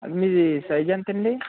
అది మీది సైజ్ ఎంత అండి